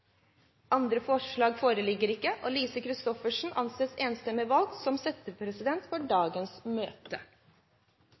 Andre forslag foreligger ikke, og Lise Christoffersen anses enstemmig valgt som settepresident for